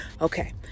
okay